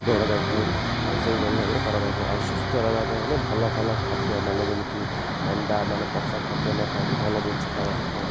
ଦୌଡ଼ା ଯାଇଥାଏ ଆଉ ସେଇଭଳି ଭାବରେ କରାଯାଇଥାଏ ଆଉ ସୁସ୍ଥ ରହିବା ପାଇଁ ହେଲେ ଭଲ ଭଲ ଖାଦ୍ୟ ମାନେ ଯେମିତି ଅଣ୍ଡା ମାନେ ପଚା ଖାଦ୍ୟ ନ ଖାଇକି ଭଲ ଜିନିଷ ଖାଇବା ପାଇଁ କହେ